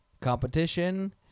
competition